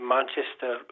Manchester